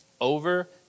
Over